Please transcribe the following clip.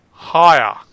Higher